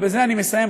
ובזה אני מסיים,